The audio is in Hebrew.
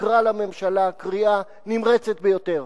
תקרא לממשלה קריאה נמרצת ביותר